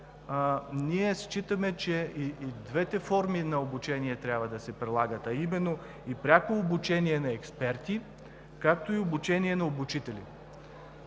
Ние считаме, че и двете форми на обучение трябва да се прилагат, а именно: и пряко обучение на експерти, както и обучение на обучители.